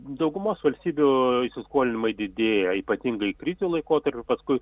daugumos valstybių įsiskolinimai didėja ypatingai krizių laikotarpiu paskui